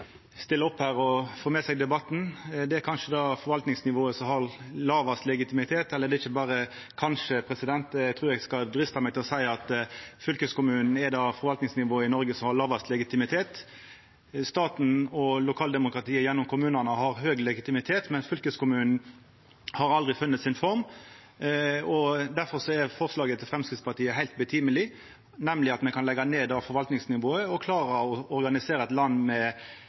opp her og få med seg debatten. Fylkeskommunen er kanskje det forvaltningsnivået som har lågast legitimitet, eller ikkje berre kanskje – eg trur eg vil drista meg til å seia at fylkeskommunen er det forvaltningsnivået i Noreg som har lågast legitimitet. Staten og lokaldemokratiet gjennom kommunane har høg legitimitet, mens fylkeskommunen aldri har funne si form. Difor er forslaget frå Framstegspartiet heilt på sin plass, nemlig at me kan leggja ned det forvaltningsnivået og klara å organisera eit land med